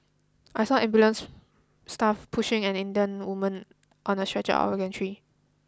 I saw ambulance staff pushing an Indian woman on a stretcher out of the gantry